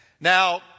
Now